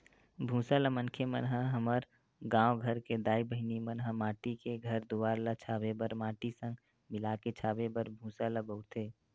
भूसा ल मनखे मन ह हमर गाँव घर के दाई बहिनी मन ह माटी के घर दुवार ल छाबे बर माटी संग मिलाके छाबे बर भूसा ल बउरथे